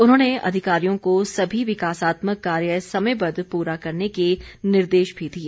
उन्होंने अधिकारियों को सभी विकासात्मक कार्य समयबद्ध पूरा करने के निर्देश भी दिए